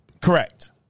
correct